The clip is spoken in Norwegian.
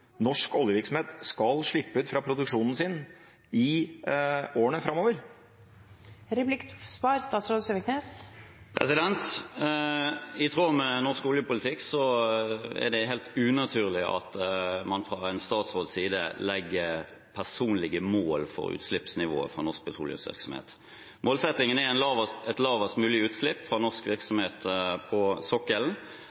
norsk oljevirksomhet skal slippe ut fra produksjonen sin i årene framover? I tråd med norsk oljepolitikk er det helt unaturlig at man fra en statsråds side legger personlige mål for utslippsnivået for norsk petroleumsvirksomhet. Målsettingen er et lavest mulig utslipp fra norsk